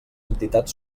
entitats